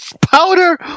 Powder